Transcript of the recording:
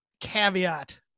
caveat